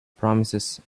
promises